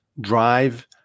drive